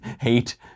hate